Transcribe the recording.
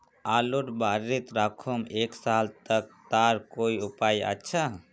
आलूर बारित राखुम एक साल तक तार कोई उपाय अच्छा?